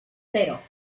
cero